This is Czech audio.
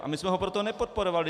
A my jsme ho proto nepodporovali.